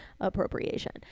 appropriation